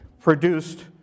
produced